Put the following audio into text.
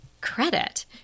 credit